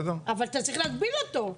אבל אתה צריך להגביל אותו.